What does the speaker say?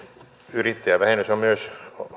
yrittäjävähennys on myös